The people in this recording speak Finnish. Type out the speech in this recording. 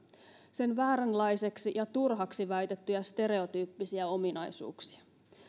sen vääränlaiseksi ja turhaksi väitettyjä stereotyyppisiä ominaisuuksia